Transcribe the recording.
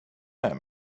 med